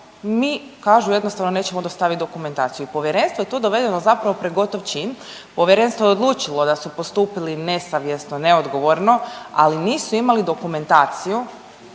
mi kažu jednostavno nećemo dostaviti dokumentaciju. I povjerenstvo je tu dovedeno zapravo pred gotov čin. Povjerenstvo je odlučilo da su postupili nesavjesno, neodgovorno, ali nisu imali dokumentaciju